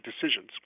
decisions